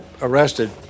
arrested